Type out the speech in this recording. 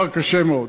קשה מאוד,